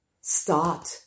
Start